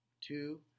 two